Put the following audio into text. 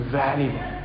valuable